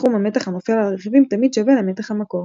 סכום המתח הנופל על הרכיבים תמיד שווה למתח המקור.